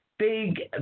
big